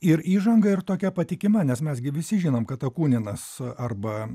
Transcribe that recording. ir įžanga ir tokia patikima nes mes gi visi žinom kad akuninas arba